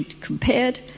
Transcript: compared